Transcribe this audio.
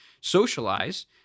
socialize